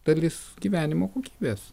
dalis gyvenimo kokybės